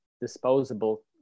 disposable